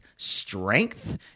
Strength